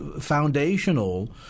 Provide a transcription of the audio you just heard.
foundational